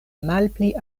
malpli